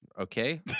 Okay